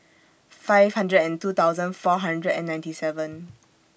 five hundred and two thousand four hundred and ninety seven